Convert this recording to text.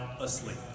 asleep